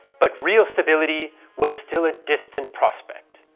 but real stability was still a distant prospect.